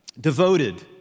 Devoted